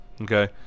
Okay